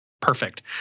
perfect